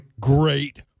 Great